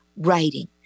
writing